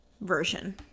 version